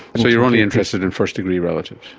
so you're only interested in first-degree relatives?